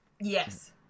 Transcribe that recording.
yes